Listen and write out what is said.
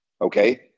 okay